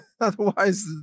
Otherwise